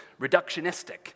reductionistic